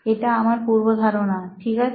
এটা আমার পূর্বধারণা ঠিক আছে